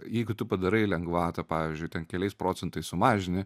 jeigu tu padarai lengvatą pavyzdžiui ten keliais procentais sumažini